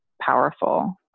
powerful